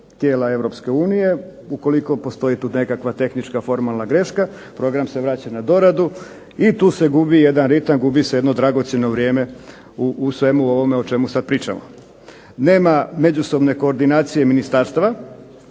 unije. Ukoliko postoji nekakva formalna greška, program se vraća na doradu i tu se gubi jedan ritam, gubi se jedno dragocjeno vrijeme o svemu ovome o čemu sada pričamo. Nema međusobne koordinacije ministarstava,